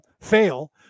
fail